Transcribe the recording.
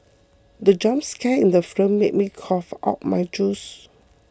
the jump scare in the film made me cough out my juice